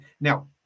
now